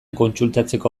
kontsultatzeko